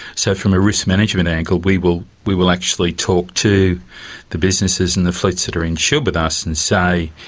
so from a risk management angle we will we will actually talk to the businesses and the fleets that are insured with us, and say,